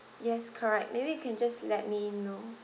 yes correct maybe you can just let me know